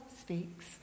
speaks